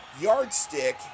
yardstick